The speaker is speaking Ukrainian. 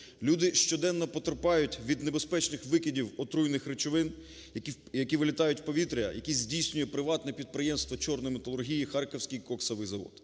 Люди щоденно потерпають від небезпечних викидів отруйних речовин, які вилітають у повітря, які здійснює приватне підприємство чорної металургії "Харківський коксовий завод".